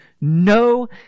no